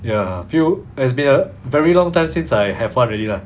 ya few as they uh very long time since I have one already lah